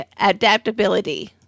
adaptability